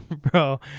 Bro